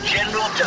General